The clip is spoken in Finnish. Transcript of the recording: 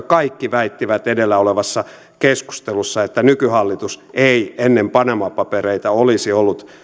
kaikki väittivät edellä olevassa keskustelussa että nykyhallitus ei ennen panama papereita olisi ollut